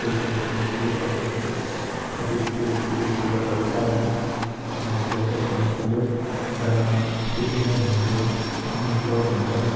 पैसा उठाउनुपर्यो पचास पचास साठी साठी रुपियाँ जस्तो गरेर उठाएर मिहिनेत गरेर किन्नुपर्यो र सिटीमा भनेको आफ्नो क्लब हुन्छ